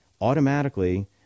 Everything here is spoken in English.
automatically